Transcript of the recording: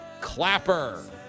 clapper